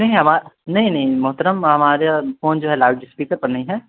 نہیں ہما نہیں نہیں محترم ہمارا فون جو ہے لاؤڈ اسپیکر پر نہیں ہے